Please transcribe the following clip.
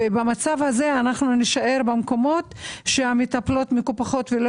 במצב הזה אנחנו נישאר במקומות שהמטפלות מקופחות ולא